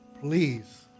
please